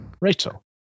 rachel